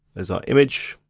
there's our image.